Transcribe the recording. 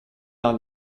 dans